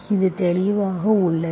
இது தெளிவாக உள்ளது